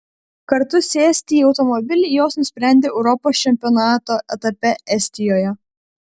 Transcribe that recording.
kartu sėsti į automobilį jos nusprendė europos čempionato etape estijoje